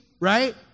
right